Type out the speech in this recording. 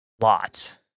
lots